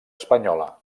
espanyola